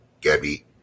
Gabby